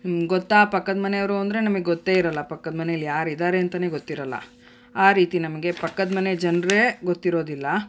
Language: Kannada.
ಗೊತ್ತಾ ಪಕ್ಕದ ಮನೆಯವರು ಅಂದರೆ ನಮಗ್ ಗೊತ್ತೇ ಇರಲ್ಲ ಪಕ್ಕದ ಮನೇಲಿ ಯಾರಿದ್ದಾರೆ ಅಂತಾನೆ ಗೊತ್ತಿರಲ್ಲ ಆ ರೀತಿ ನಮಗೆ ಪಕ್ಕದ ಮನೆ ಜನರೇ ಗೊತ್ತಿರೋದಿಲ್ಲ